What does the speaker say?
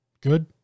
Good